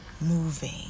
moving